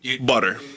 Butter